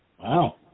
Wow